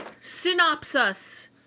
Synopsis